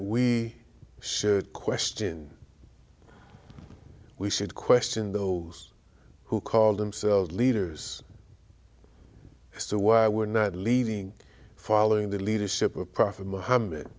we should question and we should question those who call themselves leaders as to why we're not leading following the leadership of prophet mohammed